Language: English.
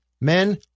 men